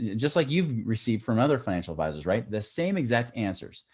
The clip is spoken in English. just like you've received from other financial advisors, right? the same exact answers.